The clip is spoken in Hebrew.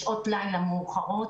בשעות לילה מאוחרות,